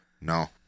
No